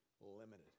limited